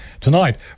tonight